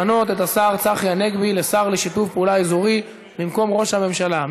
למנות את השר צחי הנגבי לשר לשיתוף פעולה אזורי במקום ראש הממשלה.